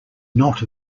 not